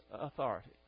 authority